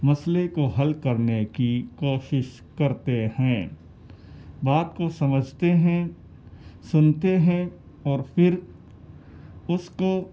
مسئلے کو حل کرنے کی کوشش کرتے ہیں بات کو سمجھتے ہیں سنتے ہیں اور پھر اس کو